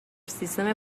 سیستم